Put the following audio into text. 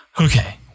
Okay